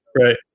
Right